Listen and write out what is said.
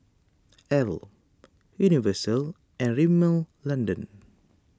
Elle Universal and Rimmel London